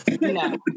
no